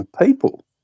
people